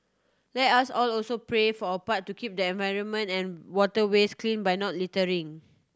let us all also pray for our part to keep the environment and waterways clean by not littering